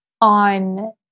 on